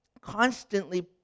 constantly